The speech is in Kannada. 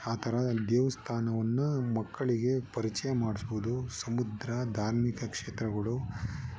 ಆ ಥರ ದೇವಸ್ಥಾನವನ್ನ ಮಕ್ಕಳಿಗೆ ಪರಿಚಯ ಮಾಡಿಸ್ಬೋದು ಸಮುದ್ರ ಧಾರ್ಮಿಕ ಕ್ಷೇತ್ರಗಳು